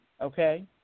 okay